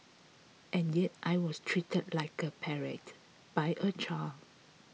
and yet I was treated like a pariah by a child